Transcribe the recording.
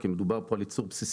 כי מדובר פה על ייצור בסיסי,